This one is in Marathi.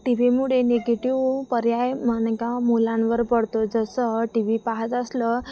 टी व्हीमुळे निगेटिव पर्याय म्हनका मुलांवर पडतो जसं टी व्ही पाहत असलं